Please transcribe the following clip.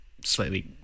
slightly